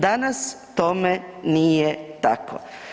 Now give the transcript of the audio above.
Danas tome nije tako.